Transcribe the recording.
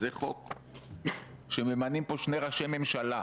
איזה אלונקה?